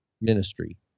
ministry